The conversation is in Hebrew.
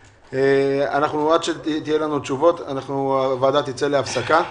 עד שיהיו לנו תשובות הוועדה תצא להפסקה.